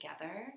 together